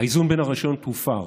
האיזון בין הרשויות הופר.